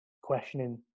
questioning